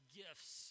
gifts